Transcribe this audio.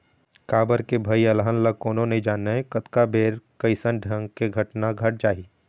काबर के भई अलहन ल कोनो नइ जानय कतका बेर कइसन ढंग के घटना घट जाही